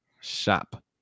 shop